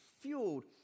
fueled